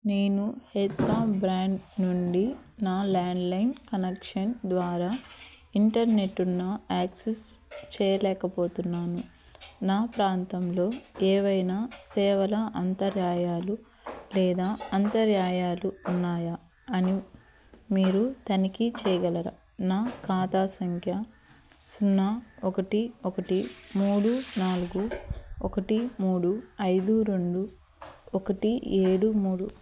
నేను హాత్వే బ్రాండ్ నుండి నా ల్యాండ్లైన్ కనెక్షన్ ద్వారా ఇంటర్నెట్ ఉన్న యాక్సెస్ చేయలేకపోతున్నాను నా ప్రాంతంలో ఏవైనా సేవల అంతరాయాలు లేదా అంతరాయాలు ఉన్నాయా అని మీరు తనిఖీ చేయగలరా నా ఖాతా సంఖ్య సున్నా ఒకటి ఒకటి మూడు నాలుగు ఒకటి మూడు ఐదు రెండు ఒకటి ఏడు మూడు